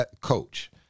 coach